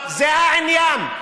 זה העניין.